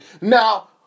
Now